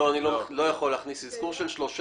לא, אני לא יכול להכניס אזכור של שלושה.